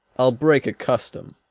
i'll break a custom.